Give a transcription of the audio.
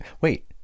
Wait